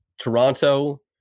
Toronto